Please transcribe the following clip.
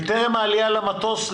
בטרם העלייה למטוס לארץ?